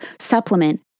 supplement